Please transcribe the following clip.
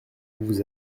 vous